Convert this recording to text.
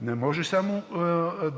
не може